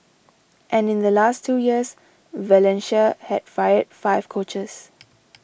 and in the last two years Valencia had fired five coaches